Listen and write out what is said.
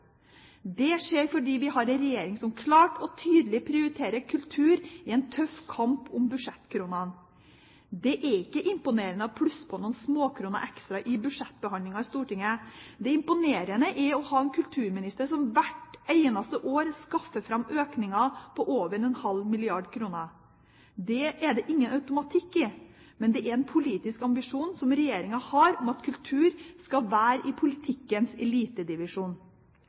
Det skjer fordi vi har en regjering som klart og tydelig prioriterer kultur i en tøff kamp om budsjettkronene. Det er ikke imponerende å plusse på noen småkroner ekstra i budsjettbehandlingen i Stortinget. Det imponerende er å ha en kulturminister som hvert eneste år skaffer fram økninger på over en halv milliard kroner. Det er det ingen automatikk i, men det er en politisk ambisjon som regjeringen har, at kultur skal være i politikkens elitedivisjon.